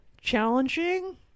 challenging